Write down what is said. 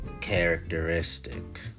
Characteristic